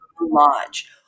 lodge